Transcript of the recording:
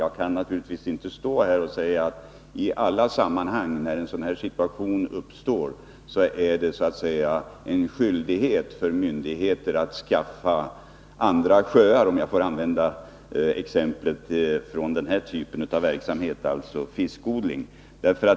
Jag kan naturligtvis inte säga att det i alla sammanhang när en sådan här situation uppstår är en skyldighet för myndigheterna att skaffa andra sjöar — om jag får ta ett exempel från den här typen av verksamhet, alltså fiskodling.